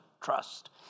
trust